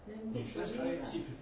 then good for you lah